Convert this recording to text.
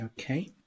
Okay